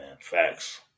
Facts